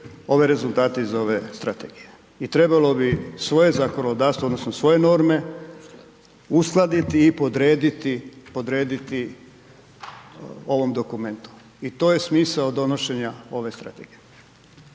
ove rezultate iz ove strategije i trebalo bi svoje zakonodavstvo odnosno svoje norme uskladiti i podrediti, podrediti ovom dokumentu. I to je smisao donošenja ove strategije.